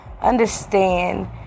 Understand